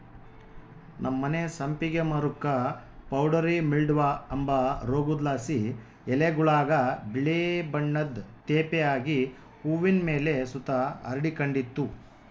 ನಮ್ಮನೆ ಸಂಪಿಗೆ ಮರುಕ್ಕ ಪೌಡರಿ ಮಿಲ್ಡ್ವ ಅಂಬ ರೋಗುದ್ಲಾಸಿ ಎಲೆಗುಳಾಗ ಬಿಳೇ ಬಣ್ಣುದ್ ತೇಪೆ ಆಗಿ ಹೂವಿನ್ ಮೇಲೆ ಸುತ ಹರಡಿಕಂಡಿತ್ತು